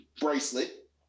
bracelet